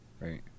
Right